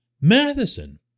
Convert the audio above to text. Matheson